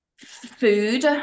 food